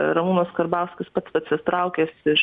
ramūnas karbauskis pats pasitraukęs iš